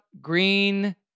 green